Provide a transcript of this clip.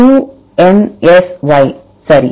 QNSY சரி